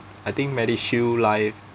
I think medishield life